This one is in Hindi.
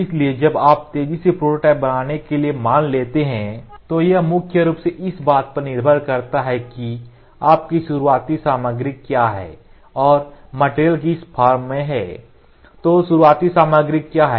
इसलिए जब आप तेजी से प्रोटोटाइप बनाने के लिए मान लेते हैं तो यह मुख्य रूप से इस बात पर निर्भर करता है कि आपकी शुरुआती सामग्री क्या है और मटेरियल किस फॉर्म में है तो शुरुआती सामग्री क्या है